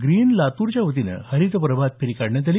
green लातूरच्या वतीनं हरित प्रभात फेरी काढण्यात आली